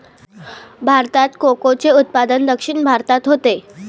भारतात कोकोचे उत्पादन दक्षिण भारतात होते